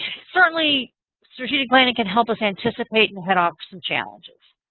certainly strategic planning can help us anticipate and head off some challenges.